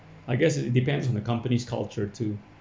I guess it depends on the company's culture too